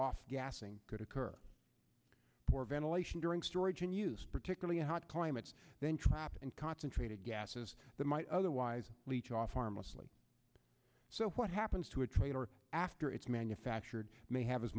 off gassing could occur for ventilation during storage in use particularly in hot climates then trapped and concentrated gases that might otherwise leach off harmlessly so what happens to a trader after it's manufactured may have as